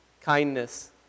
kindness